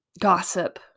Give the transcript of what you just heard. gossip